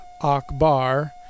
akbar